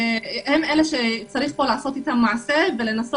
הן אלה שיש לעשות מעשה אתם ולתת להם מענה